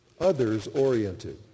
Others-oriented